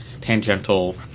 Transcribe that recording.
tangential